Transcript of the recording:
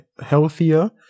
healthier